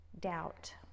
doubt